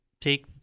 take